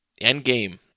Endgame